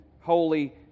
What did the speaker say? Holy